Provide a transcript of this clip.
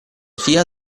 sia